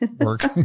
work